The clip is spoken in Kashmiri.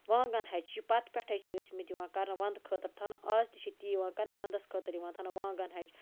وانٛگَن ہَچہِ پَتہٕ پیٚٹھے چھِ ٲسمٕتۍ یِوان کَران وَندٕ خٲطرٕ تھاونہٕ آز تہِ چھ تی یِوان کَرنہٕ وَندَس خٲطرٕ یِوان تھاونہٕ وانٛگَن ہَچہِ